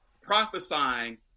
prophesying